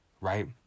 right